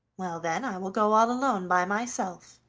well, then, i will go all alone by myself,